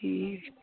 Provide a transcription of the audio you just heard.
ٹھیٖک ٹھیٖک